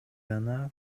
гана